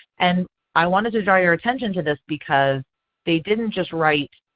and i wanted to draw your attention to this because they didn't just write,